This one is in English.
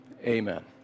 Amen